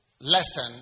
lesson